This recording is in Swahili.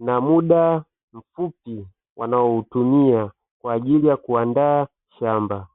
na mda mfupi wanaoutumia kwaajili ya kuandaa shamba.